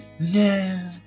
No